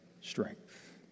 strength